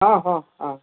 ହଁ ହଁ ହଁ